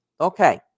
okay